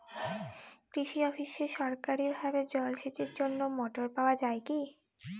কৃষি অফিসে সরকারিভাবে জল সেচের জন্য মোটর পাওয়া যায় কি?